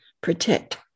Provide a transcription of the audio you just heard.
protect